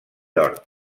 york